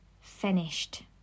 finished